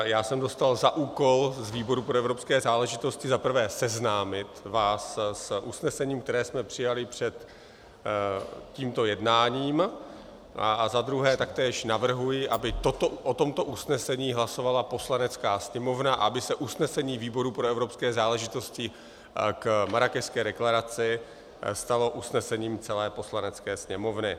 Já jsem dostal za úkol z výboru pro evropské záležitosti za prvé seznámit vás s usnesením, které jsme přijali před tímto jednáním, a za druhé taktéž navrhuji, aby o tomto usnesení hlasovala Poslanecká sněmovna a aby se usnesení výboru pro evropské záležitosti k Marrákešské deklaraci stalo usnesením celé Poslanecké sněmovny.